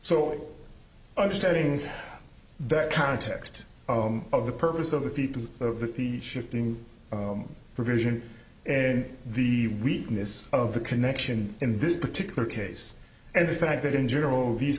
so understanding that context of the purpose of the people the the shifting provision in the weakness of the connection in this particular case and the fact that in general these